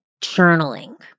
journaling